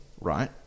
right